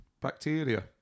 bacteria